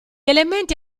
elementi